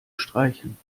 streichen